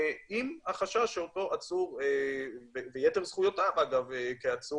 עם החשש שאותו עצור ידבק יחד עם יתר זכויותיו כעצור.